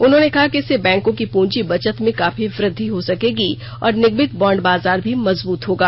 उन्होंने कहा की इससे बैंको की पूंजी बचत में काफी वृद्धि हो सकेगी और निगमित बांड बाजार भी मजबूत होगा